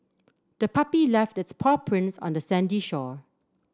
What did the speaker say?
the puppy left its paw prints on the sandy shore